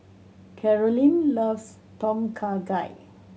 Carolyn loves Tom Kha Gai